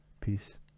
Peace